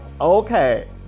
Okay